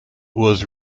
was